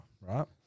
right